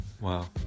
Wow